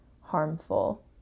harmful